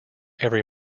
every